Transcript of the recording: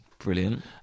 Brilliant